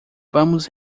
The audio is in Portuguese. vamos